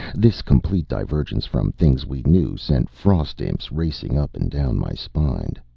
this complete divergence from things we knew sent frost imps racing up and down my spine.